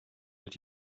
that